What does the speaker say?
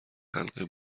حلقه